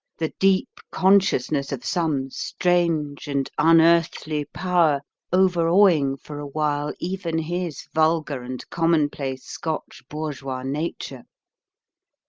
the deep consciousness of some strange and unearthly power overawing for a while even his vulgar and commonplace scotch bourgeois nature.